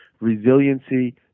resiliency